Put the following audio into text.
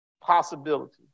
possibility